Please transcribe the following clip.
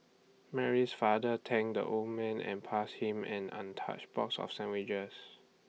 Mary's father thanked the old man and passed him an untouched box of sandwiches